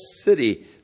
city